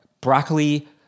Broccoli